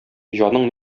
җаның